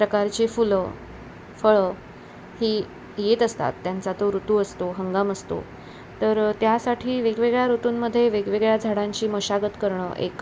प्रकारचे फुलं फळं ही येत असतात त्यांचा तो ऋतू असतो हंगाम असतो तर त्यासाठी वेगवेगळ्या ऋतूंमध्ये वेगवेगळ्या झाडांची मशागत करणं एक